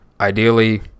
ideally –